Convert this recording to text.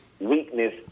weakness